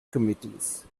committees